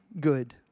good